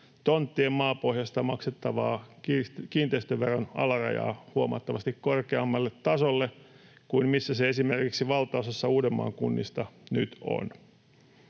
tonttien maapohjasta maksettavan kiinteistöveron alarajaa huomattavasti korkeammalle tasolle kuin millä se esimerkiksi valtaosassa Uudenmaan kunnista nyt on.